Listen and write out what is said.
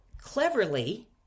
cleverly